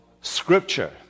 Scripture